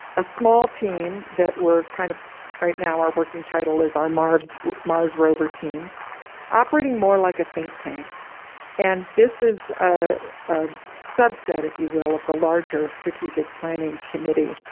a small team that we're kind of right now are working. title is our marv's mars rover team operating more like a think tank and this is ah a subset if you will. of the larger strategic planning committee.